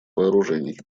вооружений